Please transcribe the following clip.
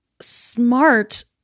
smart